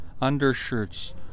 undershirts